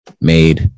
Made